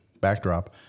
backdrop